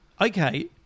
okay